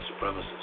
supremacists